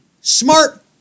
smart